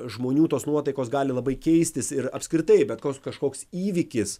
žmonių tos nuotaikos gali labai keistis ir apskritai bet koks kažkoks įvykis